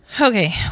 Okay